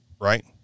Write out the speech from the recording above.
right